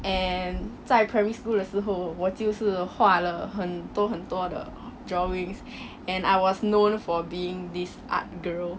and 在 primary school 的时候我就是画了很多很多的 drawings and I was known for being this art girl